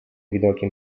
widokiem